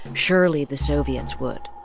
um surely the soviets would